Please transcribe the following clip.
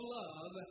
love